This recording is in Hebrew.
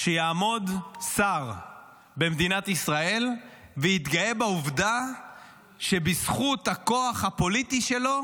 שיעמוד שר במדינת ישראל ויתגאה בעובדה שבזכות הכוח הפוליטי שלו